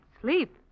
sleep